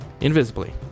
Invisibly